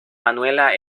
manuela